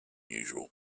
usual